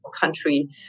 country